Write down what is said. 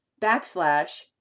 backslash